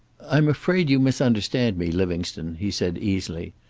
i'm afraid you misunderstand me, livingstone, he said easily.